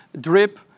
drip